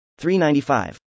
395